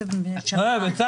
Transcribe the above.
סיכוי.